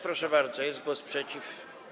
Proszę bardzo, jest głos przeciw.